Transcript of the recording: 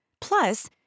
Plus